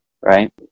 right